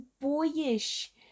boyish